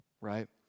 right